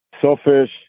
selfish